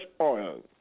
oil